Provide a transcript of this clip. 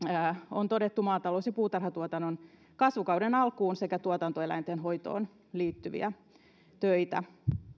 on todettu maatalous ja puutarhatuotannon kasvukauden alkuun sekä tuotantoeläinten hoitoon liittyviä töitä